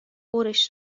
برش